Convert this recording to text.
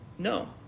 No